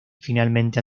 finalmente